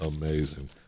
Amazing